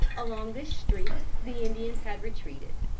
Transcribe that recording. along this street the indians had retreated.